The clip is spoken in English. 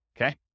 okay